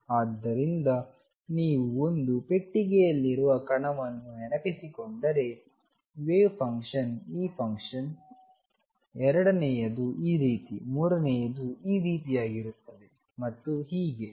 ಆದ್ದರಿಂದ ನೀವು ಒಂದು ಪೆಟ್ಟಿಗೆಯಲ್ಲಿರುವ ಕಣವನ್ನು ನೆನಪಿಸಿಕೊಂಡರೆ ವೇವ್ ಫಂಕ್ಷನ್ ಈ ಫಂಕ್ಷನ್ ಎರಡನೆಯದು ಈ ರೀತಿ ಮೂರನೆಯದು ಈ ರೀತಿಯಾಗಿರುತ್ತದೆ ಮತ್ತು ಹೀಗೆ